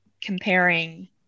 comparing